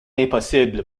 impossible